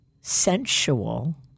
sensual